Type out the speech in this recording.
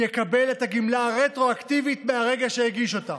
יקבל את הגמלה רטרואקטיבית ברגע שהגיש אותה.